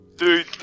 Dude